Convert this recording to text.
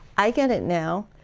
i get it now,